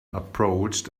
approached